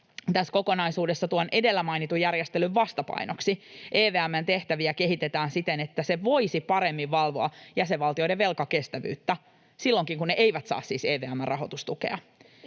tässä kokonaisuudessa tuon edellä mainitun järjestelyn vastapainoksi EVM:n tehtäviä kehitetään siten, että se voisi paremmin valvoa jäsenvaltioiden velkakestävyyttä silloinkin, kun ne eivät saa siis EVM:n rahoitustukea.